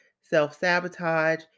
self-sabotage